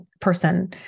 person